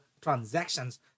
transactions